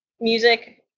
music